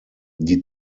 die